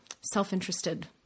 self-interested